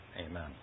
amen